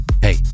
Hey